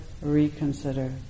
reconsider